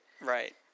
right